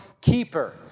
keeper